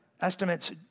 estimates